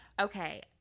Okay